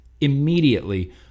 immediately